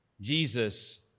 Jesus